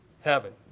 heaven